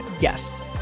yes